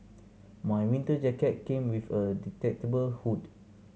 my winter jacket came with a detachable hood